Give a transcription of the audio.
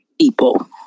people